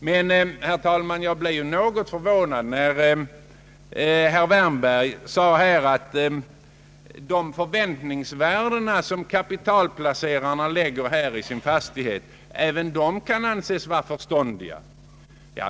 Men, herr talman, jag blev något förvånad när herr Wärnberg sade att de förväntningsvärden som kapitalplacerarna lägger in i sina fastigheter också skulle anses som ”förståndiga”.